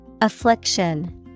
Affliction